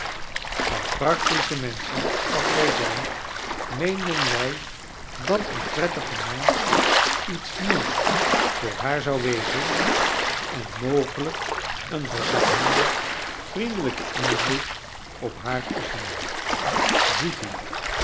want practische menschen als wij zijn meenden wij dat een prettige naam iets nieuws voor haar zou wezen en mogelijk een verzachtenden vriendelijken invloed op haar oefenen ziet u